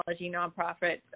nonprofit